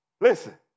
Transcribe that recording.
Listen